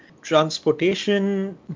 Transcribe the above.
transportation